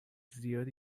زیادی